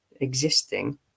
existing